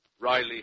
Riley